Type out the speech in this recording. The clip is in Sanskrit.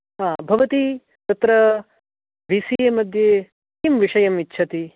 आम् भवति तत्र बीसीए मध्ये किं विषयम् इच्छति